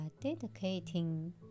dedicating